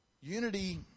Unity